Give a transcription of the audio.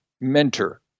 mentor